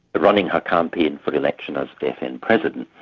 running her campaign for election as the fn president.